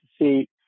see